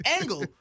Angle